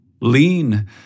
lean